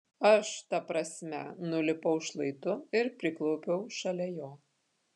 aš ta prasme nulipau šlaitu ir priklaupiau šalia jo